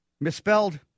Misspelled